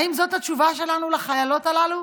האם זאת התשובה שלנו לחיילות הללו?